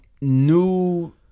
new